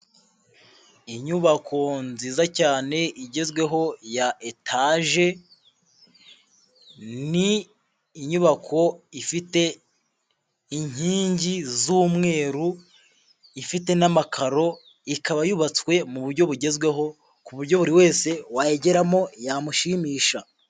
Inyubako nziza cyane igezweho ya etaje, ni inyubako ifite inkingi z'umweru, ifite n'amakaro, ikaba yubatswe mu buryo bugezweho ku buryo buri wese wayigeramo yamushimisha.